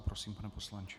Prosím, pane poslanče.